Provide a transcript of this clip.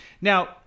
Now